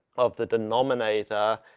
of the denominator,